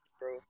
bro